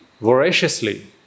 voraciously